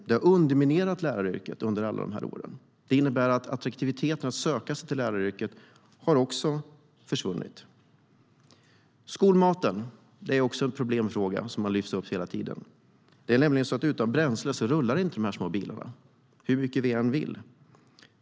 Det har underminerat läraryrket under alla dessa år. Det innebär att attraktiviteten att söka sig till läraryrket har försvunnit. Skolmaten är också en problemfråga som har lyfts upp hela tiden. Det är nämligen så att utan bränsle rullar inte de små bilarna hur mycket vi än vill.